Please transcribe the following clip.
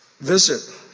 visit